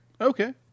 Okay